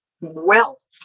wealth